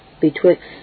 betwixt